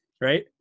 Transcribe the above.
right